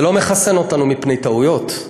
זה לא מחסן אותנו מפני טעויות,